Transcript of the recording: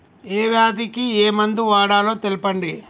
ఏ వ్యాధి కి ఏ మందు వాడాలో తెల్పండి?